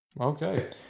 Okay